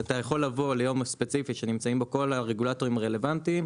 אתה יכול לבוא ביום ספציפי שנמצאים בו כל הרגולטורים הרלוונטיים,